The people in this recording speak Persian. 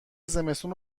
زمستون